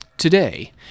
Today